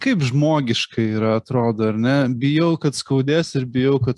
kaip žmogiška yra atrodo ir ne bijau kad skaudės ir bijau kad